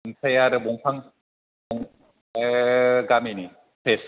आमफ्राय आरो बंफां बं बे गामिनि फ्रेस